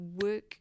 work